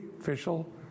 official